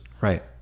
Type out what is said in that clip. Right